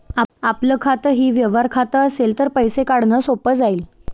आपलं खातंही व्यवहार खातं असेल तर पैसे काढणं सोपं जाईल